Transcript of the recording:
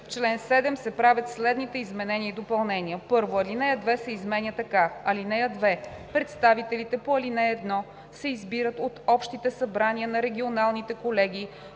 чл. 7 се правят следните изменения и допълнения: 1. Алинея 2 се изменя така: „(2) Представителите по ал. 1 се избират от общите събрания на регионалните колегии